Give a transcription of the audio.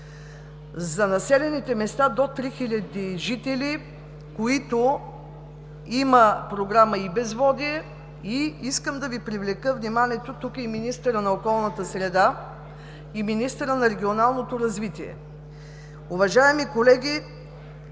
за населените места до 3 хиляди жители, в които има Програма и безводие. Искам да Ви привлека вниманието – тук е и министърът на околната среда, и министърът на регионалното развитие. Уважаеми колеги,